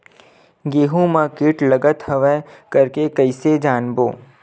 गेहूं म कीट लगत हवय करके कइसे जानबो?